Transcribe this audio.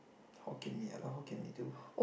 Hokkien Mee ah Hokkien Mee too